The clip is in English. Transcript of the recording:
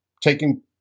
taking